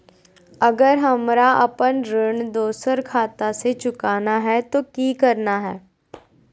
अगर हमरा अपन ऋण दोसर खाता से चुकाना है तो कि करना है?